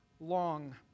long